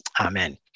Amen